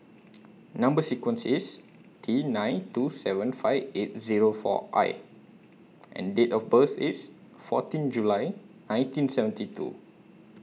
Number sequence IS T nine two seven five eight Zero four I and Date of birth IS fourteen July nineteen seventy two